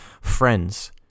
friends